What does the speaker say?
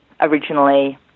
originally